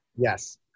yes